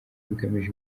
bigamije